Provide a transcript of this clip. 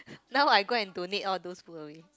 now I go and donate all those book already